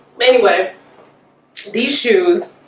anyway these shoes